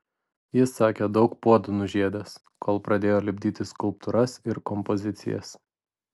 jis sakė daug puodų nužiedęs kol pradėjo lipdyti skulptūras ir kompozicijas